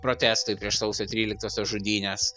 protestai prieš sausio tryliktosios žudynes